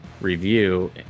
review